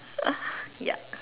ya